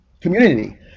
community